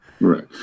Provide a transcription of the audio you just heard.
Right